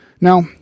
Now